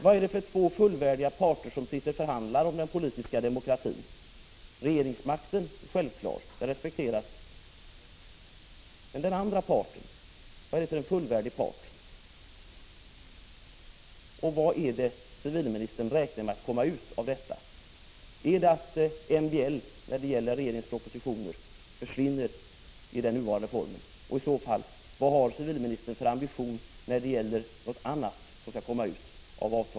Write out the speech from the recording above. Vilka är de två fullvärdiga parter som förhandlar om den politiska demokratin? Den ena är väl regeringsmakten, vilken självfallet respekteras. Men vilken är den andra fullvärdiga parten? Vidare vill jag fråga: Vad räknar civilministern med att dessa förhandlingar skall resultera i? Är syftet att MBL i nuvarande form skall försvinna när det gäller regeringens propositioner? Vilken ambition har civilministern i så fall i vad gäller annat som förhandlingarna kan resultera i?